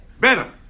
Better